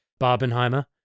Barbenheimer